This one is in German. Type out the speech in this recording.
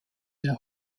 der